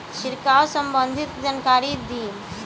छिड़काव संबंधित जानकारी दी?